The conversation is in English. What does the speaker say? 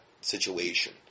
situation